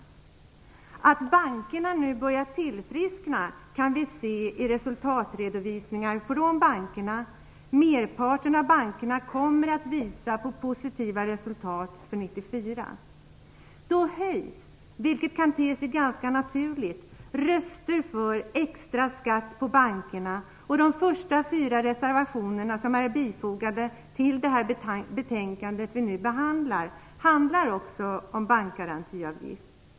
Att bankerna nu börjat tillfriskna kan vi se i bankernas resultatredovisningar. Merparten av bankerna kommer att visa positiva resultat för 1994. Då höjs, vilket kan te sig ganska naturligt, röster för extra skatt på bankerna. De första fyra reservationerna, som är fogade till det betänkande som vi nu behandlar, handlar också om bankgarantiavgift.